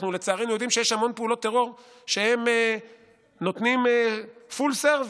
אנחנו לצערנו יודעים שיש המון פעולות טרור שהם נותנים full service,